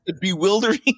bewildering